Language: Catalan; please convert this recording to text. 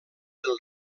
del